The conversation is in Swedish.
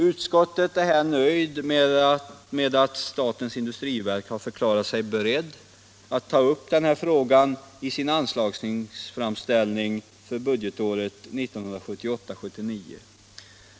Utskottet är här nöjt med att statens industriverk har förklarat sig berett att ta upp frågan i sin anslagsframställning för budgetåret 1978/79.